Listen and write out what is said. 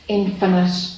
infinite